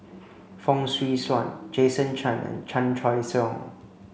Fong Swee Suan Jason Chan and Chan Choy Siong